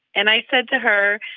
and i said to her,